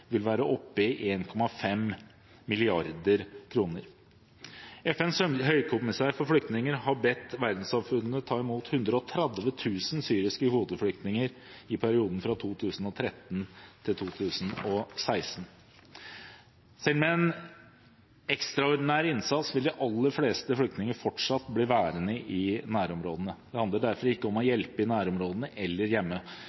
vil være oppe i 1,5 mrd. kr. FNs høykommissær for flyktninger har bedt verdenssamfunnet ta imot 130 000 syriske kvoteflyktninger i perioden fra 2013 til 2016. Selv med en ekstraordinær innsats vil de aller fleste flyktninger fortsatt bli værende i nærområdene. Det handler derfor ikke om å hjelpe i nærområdene eller hjemme